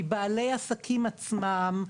מבעלי העסקים עצמם,